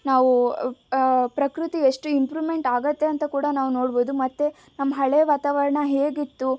ನಾವು ಪ್ರಕೃತಿ ಎಷ್ಟು ಇಂಪ್ರೂವ್ಮೆಂಟ್ ಆಗತ್ತೆ ಅಂತ ಕೂಡ ನಾವು ನೋಡ್ಬೋದು ಮತ್ತು ನಮ್ಮ ಹಳೆ ವಾತಾವರಣ ಹೇಗಿತ್ತು